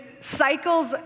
cycles